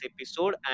episode